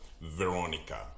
Veronica